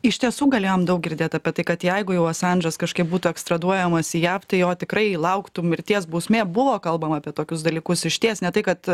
iš tiesų galėjom daug girdėt apie tai kad jeigu jau asandžas kažkaip būtų ekstraduojamas į jav tai tikrai lauktų mirties bausmė buvo kalbama apie tokius dalykus išties ne tai kad